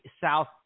South